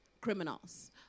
criminals